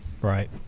Right